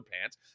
pants